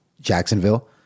Jacksonville